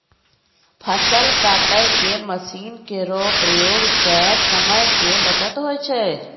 फसल काटै के मसीन केरो प्रयोग सें समय के बचत होय छै